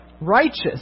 righteous